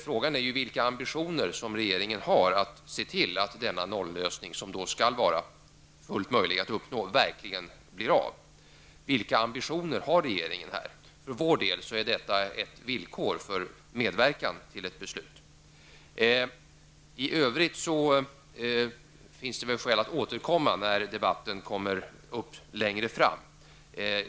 Frågan är vilka ambitioner regeringen har att se till att denna nolllösning, som alltså skall vara fullt möjlig att uppnå, verkligen blir av. Vilka ambitioner har regeringen i detta sammanhang? För vår del är detta ett villkor för medverkan till ett beslut. I övrigt finns skäl att återkomma när debatten kommer upp längre fram.